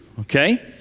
okay